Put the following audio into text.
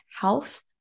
health